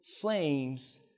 flames